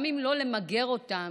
גם אם לא למגר אותן,